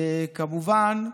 כמובן,